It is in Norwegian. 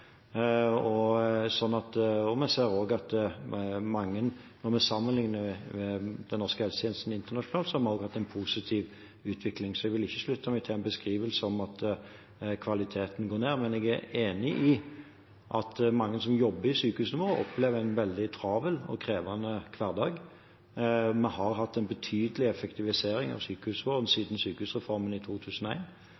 Når vi sammenligner den norske helsetjenesten internasjonalt, har vi også hatt en positiv utvikling. Så jeg vil ikke slutte meg til en beskrivelse om at kvaliteten går ned. Men jeg er enig i at mange som jobber i sykehusene våre, opplever en veldig travel og krevende hverdag. Vi har hatt en betydelig effektivisering av